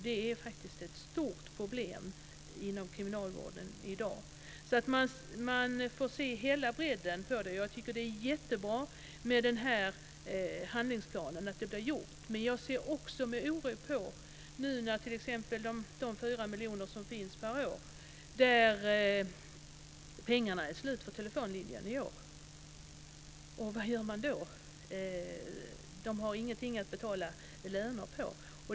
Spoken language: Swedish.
Det är faktiskt ett stort problem inom kriminalvården i dag. Man får se hela bredden på det här. Jag tycker att det är jättebra med den här handlingsplanen, att det blir gjort. Men jag ser också med oro på detta. Det gäller t.ex. de 4 miljoner kronor som finns per år och som nu är slut för i år för telefonlinjerna. Vad gör man då? De har ingenting att betala löner med.